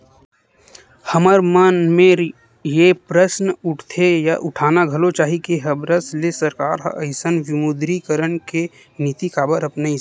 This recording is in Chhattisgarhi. हमर मन मेर ये प्रस्न उठथे या उठाना घलो चाही के हबरस ले सरकार ह अइसन विमुद्रीकरन के नीति काबर अपनाइस?